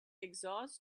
exhaust